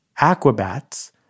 Aquabats